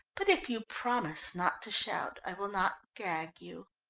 but if you promise not to shout, i will not gag you.